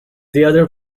other